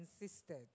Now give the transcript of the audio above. insisted